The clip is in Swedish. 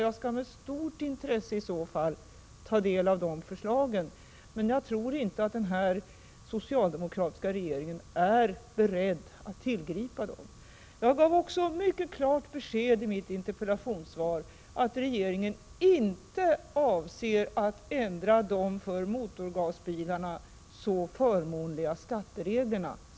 Jag skalli så fall med stort intresse ta del av dessa förslag, men jag tror inte att den socialdemokratiska regeringen är beredd att tillgripa sådana åtgärder. Jag gav också i mitt interpellationssvar mycket klart besked om att regeringen inte avser att ändra de för motorgasbilarna så förmånliga skattereglerna.